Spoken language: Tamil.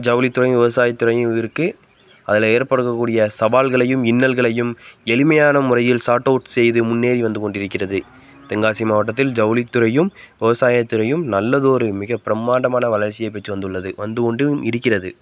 ஜவுளித்துறையும் விவசாயத்துறையும் இருக்குது அதில் ஏற்படக்கூடிய சவால்களையும் இன்னல்களையும் எளிமையான முறையில் ஷார்ட் அவுட் செய்து முன்னேறி வந்து கொண்டிருக்கின்றது தென்காசி மாவட்டத்தில் ஜவுளித்துறையும் விவசாயத்துறையும் நல்லதொரு மிகப்பிரமாண்டமான வளரச்சியை பெற்று வந்துள்ளது வந்து கொண்டும் இருக்கின்றது